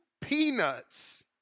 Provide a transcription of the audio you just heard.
peanuts